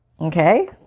okay